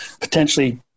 potentially